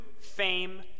fame